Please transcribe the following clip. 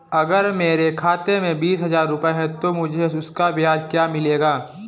अगर मेरे खाते में बीस हज़ार रुपये हैं तो मुझे उसका ब्याज क्या मिलेगा?